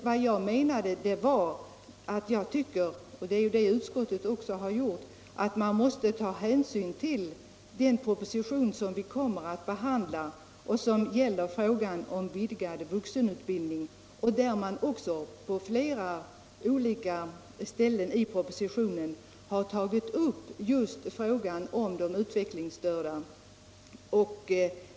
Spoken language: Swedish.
Vad jag menade var att man måste ta hänsyn till — och det har utskottet också gjort — den proposition om vidgad vuxenutbildning som vi kommer att behandla. På flera ställen i propositionen tas just frågan om de utvecklingsstörda upp.